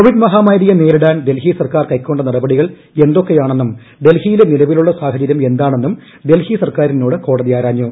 Covid മഹാമാരിയെ നേരിടാൻ ഡൽഹി സർക്കാർ കൈക്കൊണ്ട നടപടികൾ എന്തൊക്കെയാണെന്നും ഡൽഹിയിലെ നിലവിലുള്ള സാഹചര്യം എന്താണെന്നും ഡൽഹി സർക്കാരിനോട് കോടതി ആരാഞ്ഞു